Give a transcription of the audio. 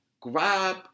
grab